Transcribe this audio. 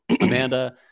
amanda